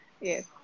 Yes